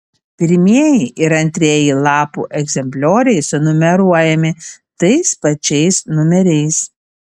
pirmieji ir antrieji lapų egzemplioriai sunumeruojami tais pačiais numeriais